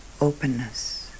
openness